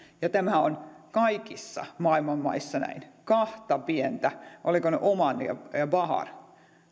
tämä on kaikissa maailman maissa näin kahta pientä olivatko ne oman ja bahrain